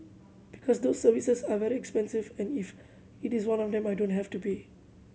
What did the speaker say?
because those services are very expensive and if it is one of them I don't have to pay